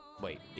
Wait